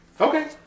Okay